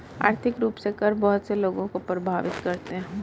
आर्थिक रूप से कर बहुत से लोगों को प्राभावित करते हैं